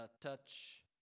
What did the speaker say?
touch